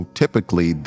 typically